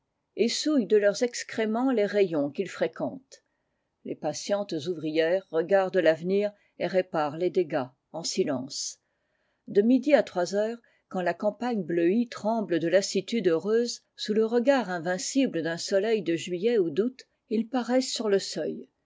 et souillent de leurs excréments les rayons qu'ils fréquentent les patientes ouvrières regardent l'avenir et réparent les dégâts en silence de midi à trois heures quand la campagne bleuie tremble de lassitude heureuse sous le regard invincible d'un soleil de juillet ou d'août ils paraissent sur le seuil